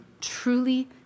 truly